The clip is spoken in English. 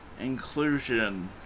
inclusion